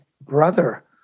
brother